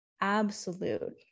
absolute